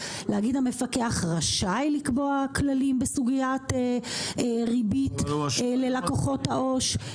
להגיד: המפקח רשאי לקבוע כללים בסוגיית ריבית ללקוחות העו"ש,